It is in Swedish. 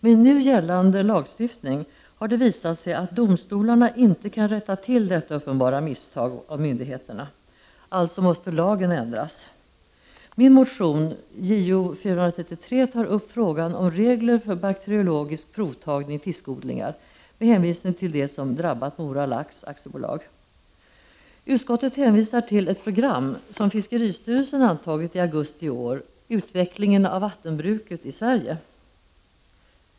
Med nu gällande lagstiftning har det visat sig att domstolarna inte kan rätta till detta uppenbara misstag av myndigheterna. Alltså måste lagen ändras. Min motion Jo433 tar upp frågan om regler för bakteriologisk provtagning i fiskodlingar med hänvisningar till det som drabbat Mora Lax AB. Utskottet hänvisar till ett program som fiskeristyrelsen antagit i augusti i år: ”Utvecklingen av vattenbruket i Sverige”.